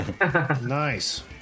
nice